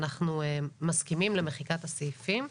ואנחנו מסכימים למחיקת הסעיפים.